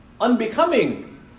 unbecoming